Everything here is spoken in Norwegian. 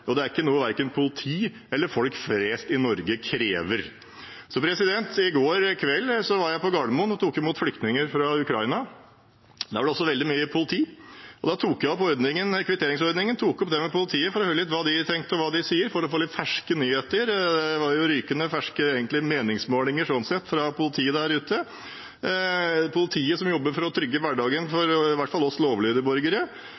og det er ikke noe verken politi eller folk flest i Norge krever. I går kveld var jeg på Gardermoen og tok imot flyktninger fra Ukraina. Der var det også veldig mye politi. Da tok jeg opp kvitteringsordningen med politiet for å høre litt om hva de tenkte, og hva de sier, for å få litt ferske nyheter. Sånn sett var det egentlig rykende ferske meningsmålinger fra politiet der ute – politiet som jobber for å trygge hverdagen